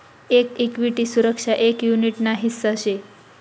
एक इक्विटी सुरक्षा एक युनीट ना हिस्सा शे